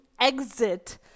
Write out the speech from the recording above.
exit